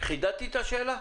חידדתי את השאלה?